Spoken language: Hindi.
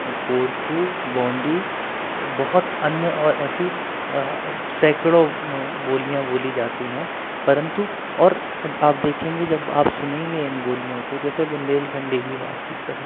गोरकू गौंडी बहुत अन्य ऐसी सैकड़ों बोलियाँ बोली जाती हैं परंतु और आप देखेंगे जब आप सुनेंगे इन बोलियों को जैसे बुंदेलखंडी की बातचीत करो